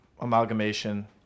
amalgamation